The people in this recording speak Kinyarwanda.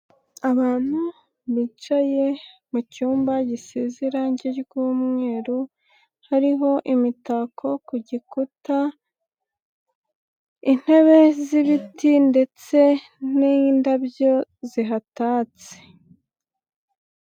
Abantu bicaye mu cyumba gisize irangi ry'umweru, hariho imitako ku gikuta ,intebe z'ibiti ndetse n'indabyo zihatatse.